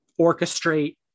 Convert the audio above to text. orchestrate